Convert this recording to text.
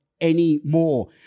anymore